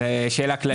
זו שאלה כללית.